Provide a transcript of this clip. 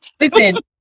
listen